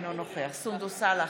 אינו נוכח סונדוס סאלח,